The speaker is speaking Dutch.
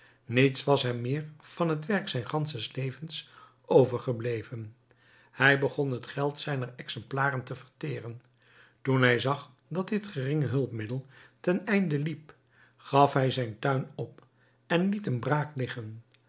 niets was hem meer van het werk zijns ganschen levens overgebleven hij begon het geld zijner exemplaren te verteren toen hij zag dat dit geringe hulpmiddel ten einde liep gaf hij zijn tuin op en liet hem braak liggen